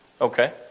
Okay